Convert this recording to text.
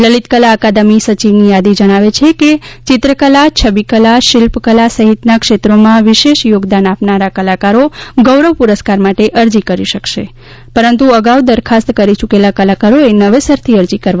લલિત કલા અકાદમી સચિવની યાદી જણાવે છે કે ચિત્રકલા છબિકલા શિલ્પકલા સહિતના ક્ષેત્રોમાં વિશેષ યોગદાન આપનાર કલાકારો ગૌરવ પુરસ્કાર માટે અરજી કરી શકશે પરંતુ અગાઉ દરખાસ્ત કરી યૂકેલા કલાકારોએ નવેસરથી અરજી કરવાની રહેશે